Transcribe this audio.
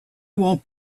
won’t